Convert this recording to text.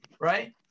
right